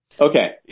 Okay